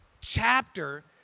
chapter